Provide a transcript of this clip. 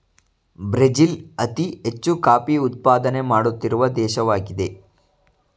Brazil ಅತಿ ಹೆಚ್ಚು coffee ಉತ್ಪಾದನೆ ಮಾಡುತ್ತಿರುವ ದೇಶವಾಗಿದೆ